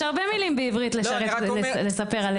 יש הרבה מילים בעברית לספר עלינו.